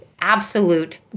absolute